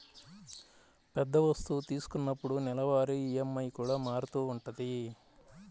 పెద్ద వస్తువు తీసుకున్నప్పుడు నెలవారీ ఈఎంఐ కూడా మారుతూ ఉంటది